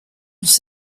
was